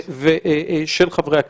של חברי הכנסת.